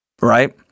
Right